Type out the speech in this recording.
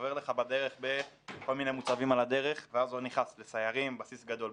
עובר בכל מיני מוצבים על הדרך ואז הוא נכנס לסיירים בסיס גדול,